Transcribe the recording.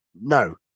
no